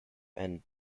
and